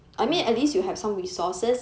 ya